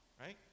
Right